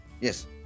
Yes